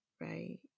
right